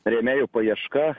rėmėjų paieška